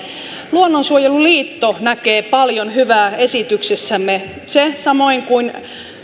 luonnonsuojeluliitto näkee paljon hyvää esityksessämme se samoin kuin